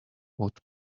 what